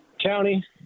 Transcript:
County